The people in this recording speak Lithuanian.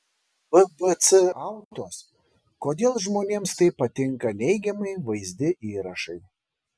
bbc autos kodėl žmonėms taip patinka neigiamai vaizdi įrašai